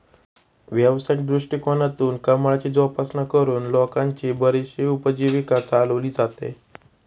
व्यावसायिक दृष्टिकोनातून कमळाची जोपासना करून लोकांची बरीचशी उपजीविका चालवली जाते